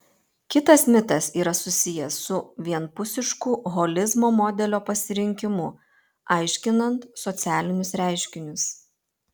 kitas mitas yra susijęs su vienpusišku holizmo modelio pasirinkimu aiškinant socialinius reiškinius